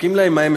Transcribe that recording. מספקים להם מים,